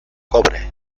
cobre